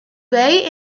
ray